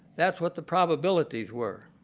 that's what the probabilities were.